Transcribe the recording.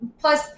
plus